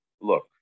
look